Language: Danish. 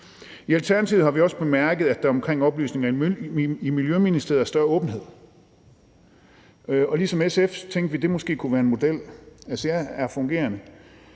I Alternativet har vi også bemærket, at der omkring oplysninger fra Miljøministeriet er større åbenhed, og ligesom SF tænkte vi, at det måske kunne være en model. Jeg er fungerende